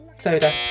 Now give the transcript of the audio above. Soda